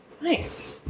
Nice